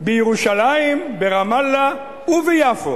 ירושלים וכל פלסטין.